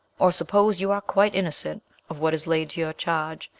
or suppose you are quite innocent of what is laid to your charge,